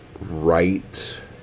right